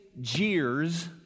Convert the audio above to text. jeers